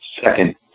second